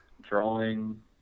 drawing